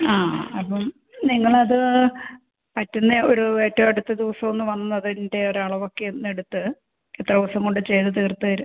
ആ അപ്പോൾ നിങ്ങളത് പറ്റുന്ന ഒരു ഏറ്റവും അടുത്ത ദിവസം ഒന്ന് വന്ന് അതിൻ്റെ ഒരളവൊക്കെ ഒന്ന് എടുത്ത് എത്ര ദിവസം കൊണ്ട് ചെയ്ത് തീർത്തേരും